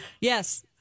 Yes